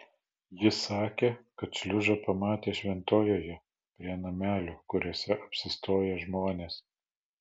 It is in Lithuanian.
ji sakė kad šliužą pamatė šventojoje prie namelių kuriuose apsistoja žmonės